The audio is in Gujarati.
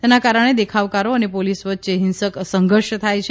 તેના કારણે દેખાવકારો ૈ ને પોલીસ વચ્ચે હીંસક સંઘર્ષ થાય છે